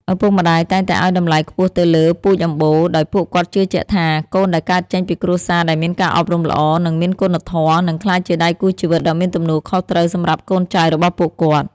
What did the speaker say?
ឪពុកម្ដាយតែងតែឱ្យតម្លៃខ្ពស់ទៅលើ "ពូជអម្បូរ" ដោយពួកគាត់ជឿជាក់ថា កូនដែលកើតចេញពីគ្រួសារដែលមានការអប់រំល្អ និងមានគុណធម៌ នឹងក្លាយជាដៃគូជីវិតដ៏មានទំនួលខុសត្រូវសម្រាប់កូនចៅរបស់ពួកគាត់។